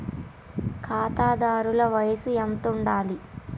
ఖాతాదారుల వయసు ఎంతుండాలి?